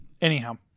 Anyhow